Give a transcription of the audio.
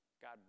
god